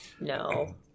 No